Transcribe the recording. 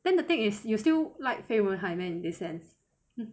then the thing is you still like 飞轮海咩 in that sense